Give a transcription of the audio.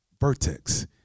vertex